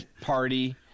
party